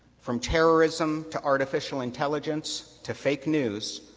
from terrorism to artificial intelligence to fake news,